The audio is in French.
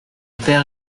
père